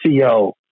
.co